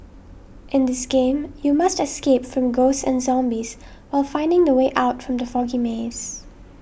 in this game you must escape from ghosts and zombies while finding the way out from the foggy maze